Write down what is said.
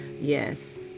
yes